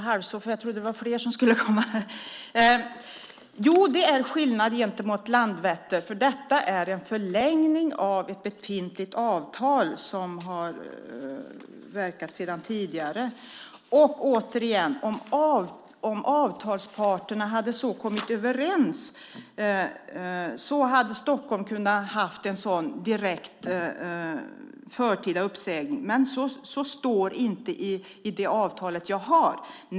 Herr talman! Det är skillnad mot Landvetter, för detta är en förlängning av ett befintligt avtal. Om avtalsparterna så hade kommit överens hade Stockholm kunnat ha en sådan direkt, förtida uppsägning. Men så står det inte i det avtal jag har.